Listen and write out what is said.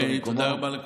תודה רבה לכולכם.